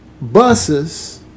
buses